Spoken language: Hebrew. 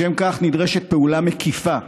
לשם כך נדרשת פעולה מקיפה,